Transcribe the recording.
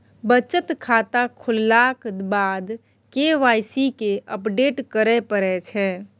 बचत खाता खोललाक बाद के वाइ सी केँ अपडेट करय परै छै